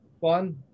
fun